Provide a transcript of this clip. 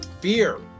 Fear